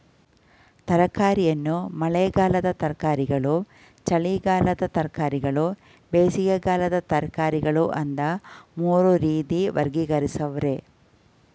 ತರಕಾರಿಯನ್ನು ಮಳೆಗಾಲದ ತರಕಾರಿಗಳು ಚಳಿಗಾಲದ ತರಕಾರಿಗಳು ಬೇಸಿಗೆಕಾಲದ ತರಕಾರಿಗಳು ಅಂತ ಮೂರು ರೀತಿ ವರ್ಗೀಕರಿಸವ್ರೆ